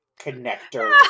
connector